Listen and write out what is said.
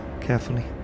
carefully